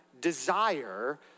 desire